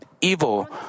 evil